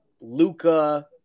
Luca